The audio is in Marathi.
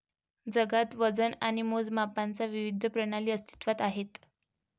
जगात वजन आणि मोजमापांच्या विविध प्रणाली अस्तित्त्वात आहेत